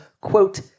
quote